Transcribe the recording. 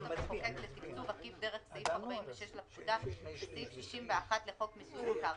המחוקק לתקצוב עקיף דרך סעיף 46 לפקודה וסעיף 61 לחוק מיסוי מקרקעין.